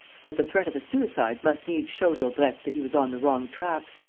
but the threat of a suicide must needs show daubrecq that he was on the wrong track.